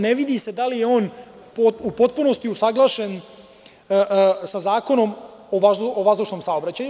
Ne vidi se da li je on u potpunosti usaglašen sa Zakonom o vazdušnom saobraćaju.